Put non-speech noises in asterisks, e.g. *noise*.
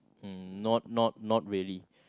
mm not not not really *breath*